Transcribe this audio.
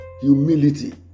humility